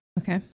Okay